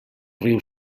riu